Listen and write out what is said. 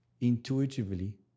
intuitively